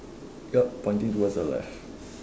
yup pointing towards the left